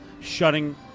shutting